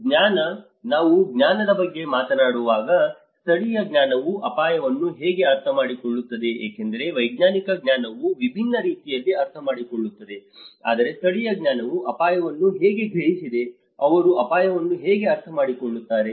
ಜ್ಞಾನ ನಾವು ಜ್ಞಾನದ ಬಗ್ಗೆ ಮಾತನಾಡುವಾಗ ಸ್ಥಳೀಯ ಜ್ಞಾನವು ಅಪಾಯವನ್ನು ಹೇಗೆ ಅರ್ಥಮಾಡಿಕೊಳ್ಳುತ್ತದೆ ಏಕೆಂದರೆ ವೈಜ್ಞಾನಿಕ ಜ್ಞಾನವು ವಿಭಿನ್ನ ರೀತಿಯಲ್ಲಿ ಅರ್ಥಮಾಡಿಕೊಳ್ಳುತ್ತದೆ ಆದರೆ ಸ್ಥಳೀಯ ಜ್ಞಾನವು ಅಪಾಯವನ್ನು ಹೇಗೆ ಗ್ರಹಿಸಿದೆ ಅವರು ಅಪಾಯವನ್ನು ಹೇಗೆ ಅರ್ಥಮಾಡಿಕೊಳ್ಳುತ್ತಾರೆ